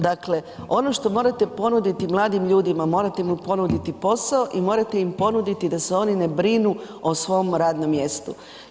Dakle, ono što morate ponuditi mladim ljudima, morate im ponuditi posao i morate im ponuditi da se oni brinu o svom radnom mjestu.